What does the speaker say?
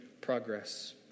progress